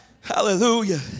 hallelujah